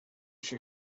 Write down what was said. się